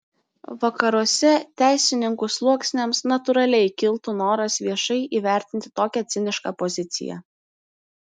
vakaruose teisininkų sluoksniams natūraliai kiltų noras viešai įvertinti tokią cinišką poziciją